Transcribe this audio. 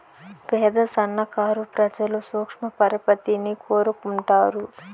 పేద సన్నకారు ప్రజలు సూక్ష్మ పరపతిని కోరుకుంటారు